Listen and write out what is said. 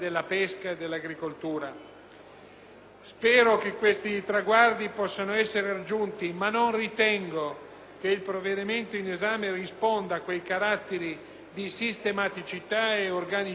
Spero che questi traguardi possano essere raggiunti, ma non ritengo che il provvedimento in esame risponda a quei carattere di sistematicità e organicità che la materia richiede.